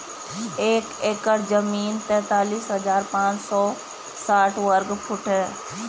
एक एकड़ जमीन तैंतालीस हजार पांच सौ साठ वर्ग फुट है